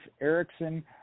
Erickson